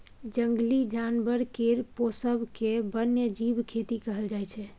जंगली जानबर केर पोसब केँ बन्यजीब खेती कहल जाइ छै